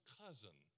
cousin